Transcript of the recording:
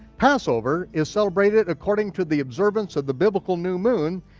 passover is celebrated according to the observance of the biblical new moon,